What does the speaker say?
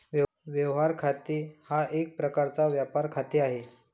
व्यवहार खाते हा एक प्रकारचा व्यापार खाते आहे